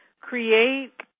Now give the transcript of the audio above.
create